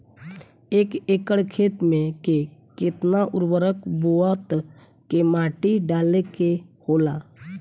एक एकड़ खेत में के केतना उर्वरक बोअत के माटी डाले के होला?